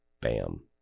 Bam